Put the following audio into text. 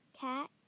Cat